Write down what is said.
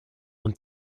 und